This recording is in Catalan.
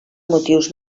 motius